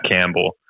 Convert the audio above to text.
Campbell